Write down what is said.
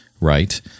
right